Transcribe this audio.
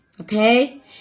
okay